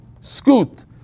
Scoot